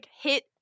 hit